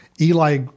Eli